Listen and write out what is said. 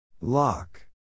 Lock